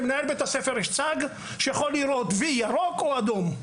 למנהל בית הספר יש צג והוא יכול לראות וי ירוק או אדום.